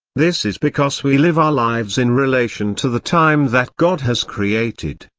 this is because we live our lives in relation to the time that god has created,